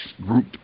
group